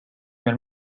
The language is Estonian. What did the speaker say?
meil